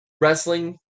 wrestling